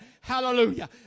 Hallelujah